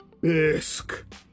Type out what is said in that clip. BISK